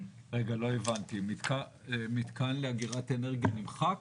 לא הבנתי, מתקן לאגירת אנרגיה נמחק?